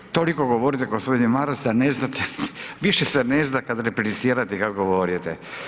Ne, ah, toliko govorite gospodine Maras da ne znate, više se ne zna kad replicirate kad govorite.